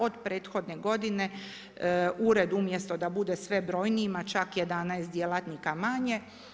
Od prethodne godine ured umjesto da bude sve brojniji čak je 11 djelatnika manje.